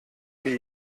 die